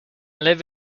live